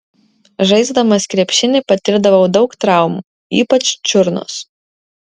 žaisdamas krepšinį patirdavau daug traumų ypač čiurnos